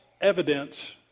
evidence